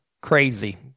crazy